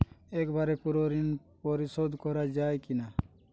একবারে পুরো ঋণ পরিশোধ করা যায় কি না?